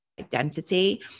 identity